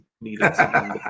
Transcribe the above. needed